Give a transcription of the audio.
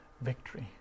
victory